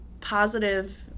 positive